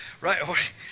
right